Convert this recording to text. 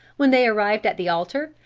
when they arrived at the altar,